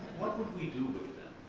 what would we do with